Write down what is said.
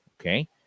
Okay